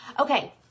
Okay